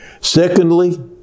Secondly